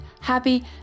happy